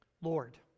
Lord